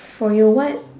for your what